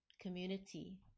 community